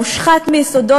המושחת מיסודו,